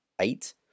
eight